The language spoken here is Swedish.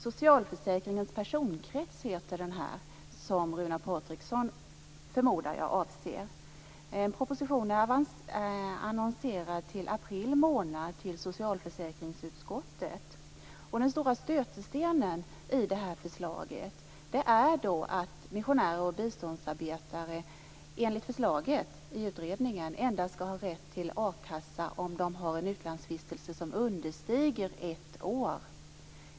Den utredning som jag förmodar att Runar Patriksson avser bär namnet Utredningen om socialförsäkringens personkrets. Man har aviserat socialförsäkringsutskottet om att proposition skall komma i april månad. Den stora stötestenen i förslaget är att missionärer och biståndsarbetare enligt utredningen skall ha rätt till a-kassa endast om deras utlandsvistelse understiger ett år.